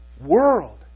world